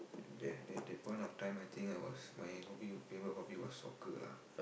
at that that point of time I think I was my hobby favourite hobby was soccer lah